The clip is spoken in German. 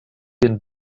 den